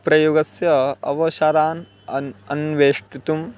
प्रयोगस्य अवसरान् अन् अन्वेष्टितुम्